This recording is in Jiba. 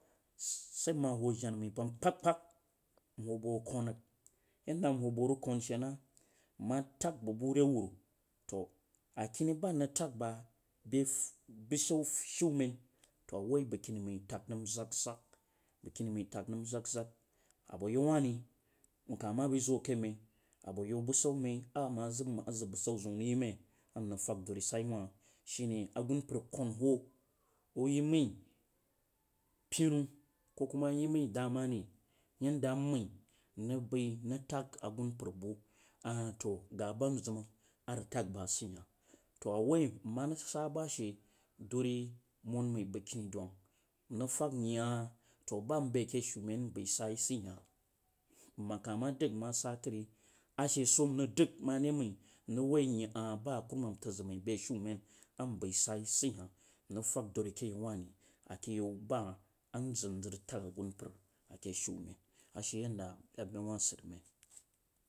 Sah nma wuh jana bak kpang kpang nwuh bang vug kan re yeh da nwuh bang wuh rig kan sha na nma tai bang mu deh wur, to a kene ba nrig tag bah to a wuh bang keni mai tag nam zag zag abo yeh wuh ri nkah ma bai zu kah men abo you bushu mai ama zam rig a zag bushu zeun rig teh mei nrig fag duri sanwuh shi ne ganmpar kan wuh ku rig yeh mai penu ko kuma yeh mai dama ri yen, dah nmai nrig bai nrig taga gunmpar bu oh to qah ba nzam nrig tag bu tu a wuh nma sah ba ah to qah ba nzam nti tag bu tu a wuh nma sah ba shi duri, mod mai banf keni duh nrig fag nyeh ah to ba kei a keh shama sah sah hah nma kah mai dung nma sah tri a she so nrig dang ma dah mai nrig wuh nyeh ah ba kuruman tan zang mai beh a shumen seti hah nrig fag dure keh yeh you wah rig a keh you bah nzam rig ng tai agunmpar a keh shumen a she yen dah a bu wah sid mai.